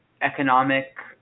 economic